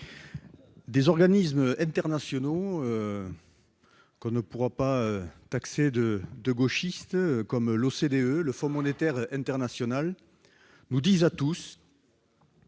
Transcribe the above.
des organismes internationaux que l'on ne pourra pas taxer de gauchisme, comme l'OCDE ou le Fonds monétaire international, soulignent que